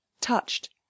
touched